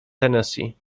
tennessee